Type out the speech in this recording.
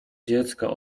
dziecko